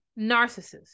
narcissist